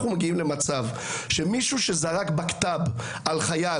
מגיעים למצב שמישהו שזרק בקת"ב על חייל,